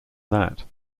that